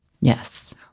Yes